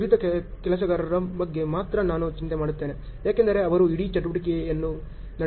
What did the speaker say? ನುರಿತ ಕೆಲಸಗಾರರ ಬಗ್ಗೆ ಮಾತ್ರ ನಾನು ಚಿಂತೆ ಮಾಡುತ್ತೇನೆ ಏಕೆಂದರೆ ಅವರು ಇಡೀ ಚಟುವಟಿಕೆಗಳನ್ನು ನಡೆಸುತ್ತಾರೆ